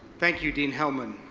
thank you, dean hellman.